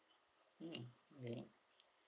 hmm ya